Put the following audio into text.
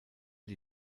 die